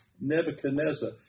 Nebuchadnezzar